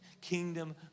Kingdom